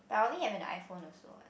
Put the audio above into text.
I only have an iPhone also what